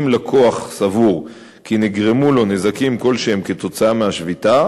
אם לקוח סבור כי נגרמו לו נזקים כלשהם כתוצאה מהשביתה,